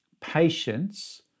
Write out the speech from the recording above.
Patience